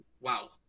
wow